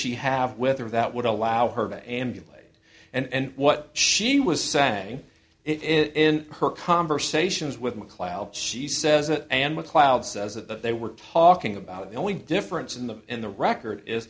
she have with her that would allow her to ambulate and what she was saying it in her conversations with macleod she says and macleod says that they were talking about the only difference in them in the record is